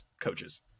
coaches